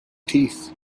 teeth